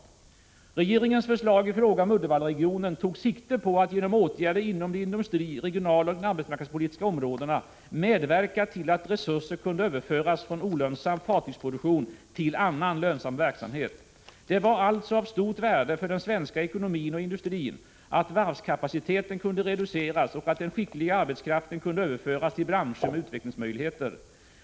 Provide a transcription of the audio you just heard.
Regeringens förslag i fråga om Uddevallaregionen tog sikte på att genom åtgärder inom de industri-, regionaloch arbetsmarknadspolitiska områdena medverka till att resurser kunde överföras från olönsam fartygsproduktion till annan, lönsam verksamhet. Det var alltså av stort värde för den svenska ekonomin och industrin att varvskapaciteten kunde reduceras och att den skickliga arbetskraften kunde överföras till branscher med utvecklingsmöjligheter.